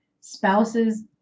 spouses